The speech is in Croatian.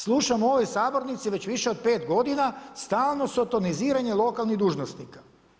Slušam u ovoj sabornici već više od 5 godina, stalno sotoniziranje lokalnih dužnosnika.